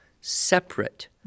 separate